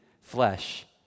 flesh